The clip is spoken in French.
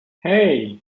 hey